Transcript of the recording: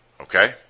Okay